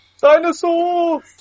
Dinosaur